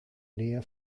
nähe